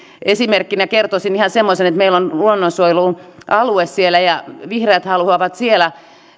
esimerkkinä kertoisin ihan semmoisen että meillä on luonnonsuojelualue siellä ja vihreät haluavat siellä